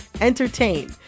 entertain